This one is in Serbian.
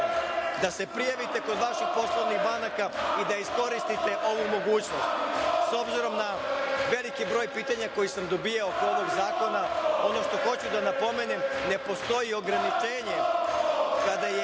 da se prijavite kod vaših poslovnih banaka i da iskoristite ovu mogućnost. Obzirom na veliki broj pitanja koja sam dobijao oko ovog zakona, ono što hoću da napomenem, ne postoji ograničenje kada je